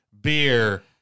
beer